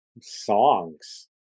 songs